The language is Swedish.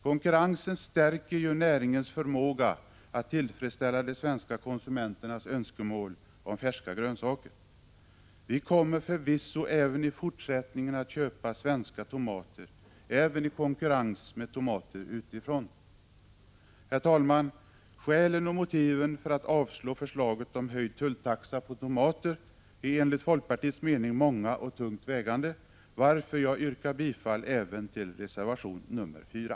Konkurrensen stärker ju näringens förmåga att tillfredsställa de svenska konsumenternas önskemål om färska grönsaker. Vi kommer förvisso att även i fortsättningen köpa svenska tomater även i konkurrens med tomater utifrån. Herr talman! Skälen för att avslå förslaget om en höjning av tulltaxan när det gäller tomater är enligt folkpartiets mening många och tungt vägande, varför jag yrkar bifall även till reservation nr 4.